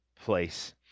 place